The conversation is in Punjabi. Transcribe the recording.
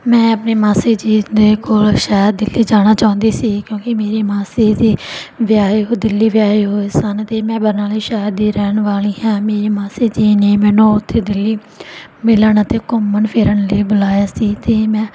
ਮੈਂ ਆਪਣੇ ਮਾਸੀ ਜੀ ਦੇ ਕੋਲ ਸ਼ਹਿਰ ਦਿੱਲੀ ਜਾਣਾ ਚਾਹੁੰਦੀ ਸੀ ਕਿਉਂਕੀ ਮੇਰੀ ਮਾਸੀ ਜੀ ਵਿਆਹੇ ਹੋਏ ਦਿੱਲੀ ਵਿਆਹੇ ਹੋਏ ਸਨ ਅਤੇ ਮੈਂ ਬਰਨਾਲੇ ਸ਼ਹਿਰ ਦੀ ਰਹਿਣ ਵਾਲੀ ਹਾਂ ਮੇਰੇ ਮਾਸੀ ਜੀ ਨੇ ਮੈਨੂੰ ਉੱਥੇ ਦਿੱਲੀ ਮਿਲਣ ਅਤੇ ਘੁੰਮਣ ਫਿਰਨ ਲਈ ਬੁਲਾਇਆ ਸੀ ਅਤੇ ਮੈਂ